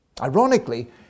Ironically